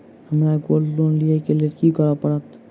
हमरा gold loan लिय केँ लेल की करऽ पड़त?